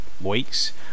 weeks